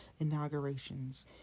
inaugurations